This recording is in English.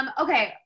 Okay